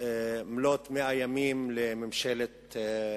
מלאות 100 ימים לממשלת נתניהו.